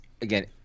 again